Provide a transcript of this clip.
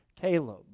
Caleb